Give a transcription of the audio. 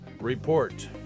Report